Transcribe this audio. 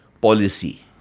policy